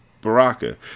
Baraka